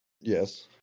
Yes